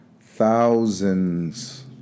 thousands